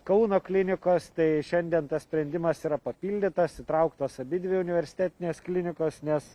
kauno klinikos tai šiandien tas sprendimas yra papildytas įtrauktos abidvi universitetinės klinikos nes